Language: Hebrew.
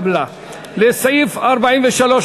קבוצת סיעת מרצ,